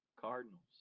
Cardinals